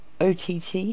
OTT